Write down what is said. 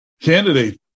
candidate